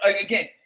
again